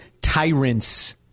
tyrants